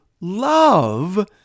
love